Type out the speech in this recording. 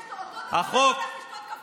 אני הולכת לשתות קפה,